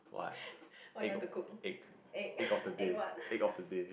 what you want to cook egg egg what